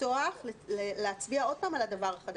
לפתוח את זה ואז להצביע עוד פעם על הדבר החדש.